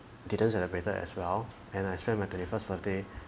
didn't celebrated as well and I spent my twenty first birthday